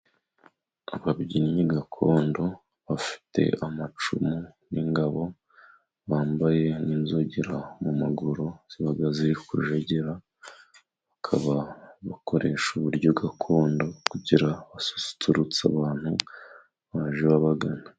Ababyinnyi gakondo bafite amacumu n'ingabo, bambaye inzogera mu maguru, ziba ziri kujegera. bakaba bakoresha uburyo gakondo kugira basusurutse abantu baje babagana.